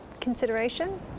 consideration